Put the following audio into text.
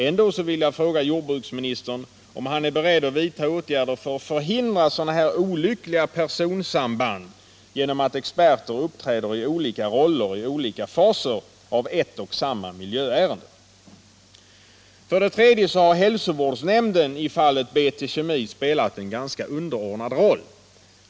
Ändå vill jag fråga jordbruksministern om han är beredd att vidta åtgärder för att förhindra sådana olyckliga personsamband genom att experter uppträder i olika roller i olika faser av ett 3. Hälsovårdsnämnden har i fallet BT Kemi spelat en ganska underordnad roll.